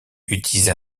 utilisé